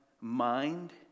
mind